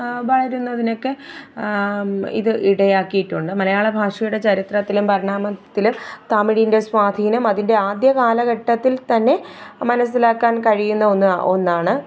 വളരുന്നതിനൊക്കെ ഇത് ഇടയാക്കിയിട്ടുണ്ട് മലയാള ഭാഷയുടെ ചരിത്രത്തിലും പരിണാമത്തിലും തമിഴിന്റെ സ്വാധിനം അതിന്റെ ആദ്യകാലഘട്ടത്തില് തന്നെ മനസിലാക്കാന് കഴിയുന്ന ഒന്ന് ഒന്നാണ്